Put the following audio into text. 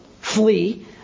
flee